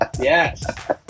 Yes